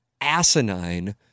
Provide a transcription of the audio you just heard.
asinine—